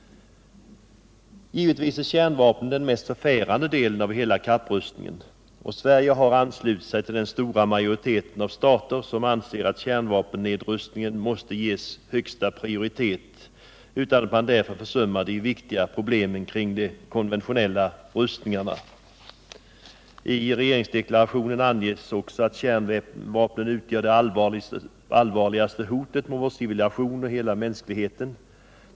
Givetvis är kärnvapnen den mest förfärande delen av hela kapprustningen, och Sverige har anslutit sig till den stora majoritet av stater som anser att kärnvapennedrustningen måste ges högsta prioritet utan att man därför försummar de viktiga problemen kring de konventionella rustningarna. I regeringsdeklarationen anges också att kärnvapnen utgör det allvarligaste hotet mot vår civilisation och hela mänskligheten.